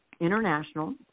international